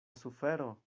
sufero